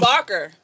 Barker